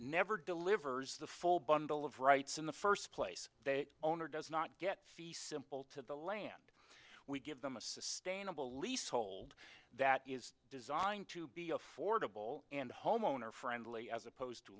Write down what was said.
never delivers the full bundle of rights in the first place that owner does not get the simple to the land we give them a sustainable leasehold that is designed to be affordable and homeowner friendly as opposed